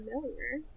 familiar